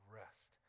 rest